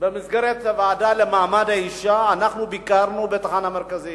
במסגרת הוועדה למעמד האשה, ביקרנו בתחנה המרכזית.